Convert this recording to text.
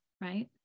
Right